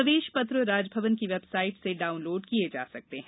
प्रवेश पत्र राजभवन की वेबसाइट से डाउनलोड किए जा सकते हैं